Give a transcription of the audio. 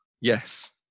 Yes